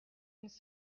une